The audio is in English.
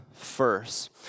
First